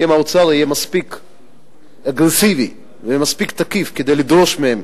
אם האוצר יהיה מספיק אגרסיבי ומספיק תקיף כדי לדרוש מהם